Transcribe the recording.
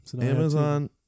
Amazon